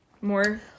more